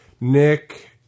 Nick